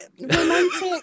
romantic